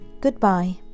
Goodbye